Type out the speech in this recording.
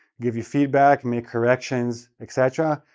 give you feedback, make corrections, etc.